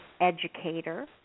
educator